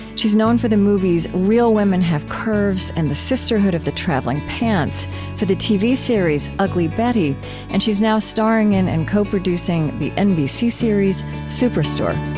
she's known for the movies real women have curves and the sisterhood of the traveling pants for the tv series ugly betty and she's now starring in and co-producing the nbc series superstore